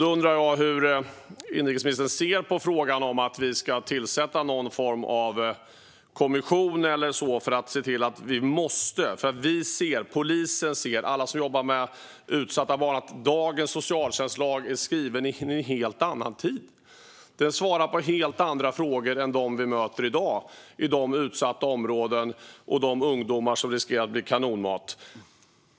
Jag undrar hur inrikesministern ser på frågan om att vi ska tillsätta någon form av kommission därför att vi ser, polisen ser och alla som jobbar med utsatta barn ser att dagens socialtjänstlag är skriven i en helt annan tid. Den svarar på helt andra frågor än dem vi möter i dag i de utsatta områdena, där ungdomar riskerar att bli kanonmat.